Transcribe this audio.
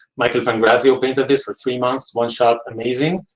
michael van grasso painted this for three months, one shot amazing.